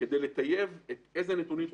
כדי לטייב את הנתונים שתקבל.